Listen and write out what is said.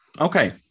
Okay